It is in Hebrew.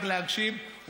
רק להקשיב,